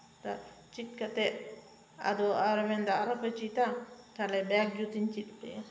ᱪᱮᱫ ᱠᱟᱛᱮᱫ ᱟᱫᱚ ᱟᱨᱚᱭ ᱢᱮᱱ ᱮᱫᱟ ᱟᱨᱚ ᱯᱮ ᱪᱮᱫᱟ ᱛᱟᱦᱞᱮ ᱵᱮᱜ ᱡᱩᱛ ᱤᱧ ᱪᱮᱫ ᱟᱯᱮᱭᱟ